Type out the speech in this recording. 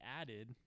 added